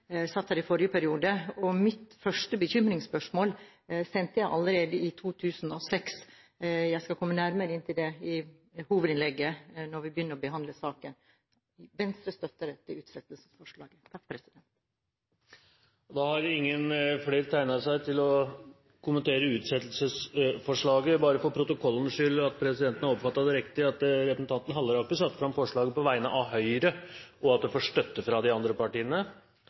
satt der i forrige periode. Mitt første bekymringsspørsmål sendte jeg allerede i 2006. Jeg skal komme nærmere inn på det i hovedinnlegget, når vi begynner å behandle saken. Venstre støtter dette utsettelsesforslaget. Flere har ikke bedt om ordet for å kommentere utsettelsesforslaget. Bare for protokollens skyld slik at presidenten har oppfattet det riktig: Representanten Halleraker satte fram forslaget på vegne av Høyre, og det får støtte fra partiene